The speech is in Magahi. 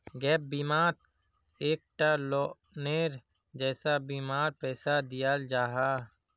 गैप बिमात एक टा लोअनेर जैसा बीमार पैसा दियाल जाहा